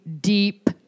deep